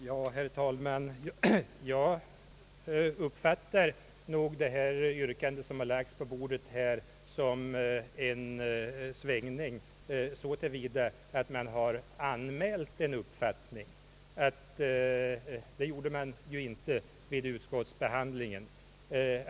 Herr talman! Jag uppfattar nog det yrkande som har framställts i kammaren som en svängning så till vida att folkpartiet därigenom har givit till känna en uppfattning. Så var inte fallet vid utskottsbehandlingen.